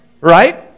right